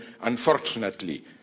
unfortunately